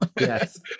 yes